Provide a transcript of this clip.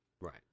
Right